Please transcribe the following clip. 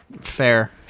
fair